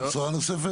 מה הבשורה הנוספת?